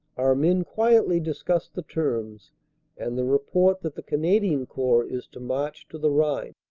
our men quietly discuss the terms and the report that the canadian corps is to march to the rhine.